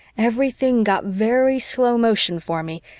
everything got very slow motion for me,